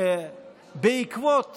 שבעקבות